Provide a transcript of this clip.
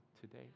today